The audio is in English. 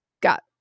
got